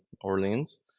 Orleans